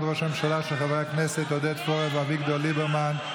ראש הממשלה) של חברי הכנסת עודד פורר ואביגדור ליברמן.